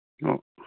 ꯑꯣ